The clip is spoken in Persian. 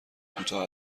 کوتاه